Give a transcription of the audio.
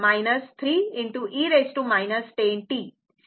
2 3 e 10t